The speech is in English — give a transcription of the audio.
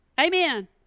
Amen